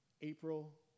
April